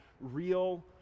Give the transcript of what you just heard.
real